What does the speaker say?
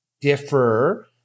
differ